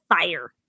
fire